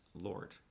lord